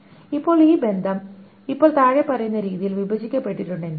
ഇപ്പോൾ ഈ ബന്ധം ഇപ്പോൾ താഴെ പറയുന്ന രീതിയിൽ വിഭജിക്കപ്പെട്ടിട്ടുണ്ടെങ്കിൽ